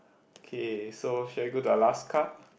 okay so shall we go to Alaska